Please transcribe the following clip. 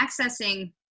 accessing